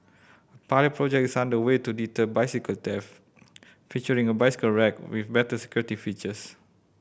pilot project is under way to deter bicycle theft featuring a bicycle rack with better security features